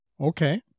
Okay